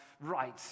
right